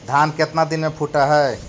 धान केतना दिन में फुट है?